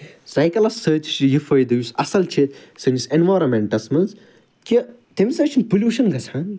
سایکَلَس سۭتۍ تہِ چھُ یہِ فٲیدٕ یُس اصٕل چھُ سٲنِس ایٚنویٚرانمیٚنٹَس مَنٛز کہِ تَمہِ سۭتۍ چھُنہٕ پوٚلیٛوشَن گَژھان